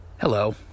Hello